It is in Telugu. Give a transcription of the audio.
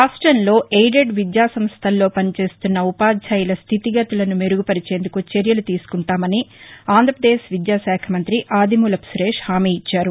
రాష్టంలో ఎయిడెడ్ విద్యా సంస్థలలో పనిచేస్తున్న ఉపాధ్యాయుల స్లితిగతులను మెరుగు పరిచేందుకు చర్యలు తీసుకుంటామని ఆంధ్రాపదేశ్ విద్యాశాఖ మంతి ఆదిమూలపు సురేష్ హామీ ఇచ్చారు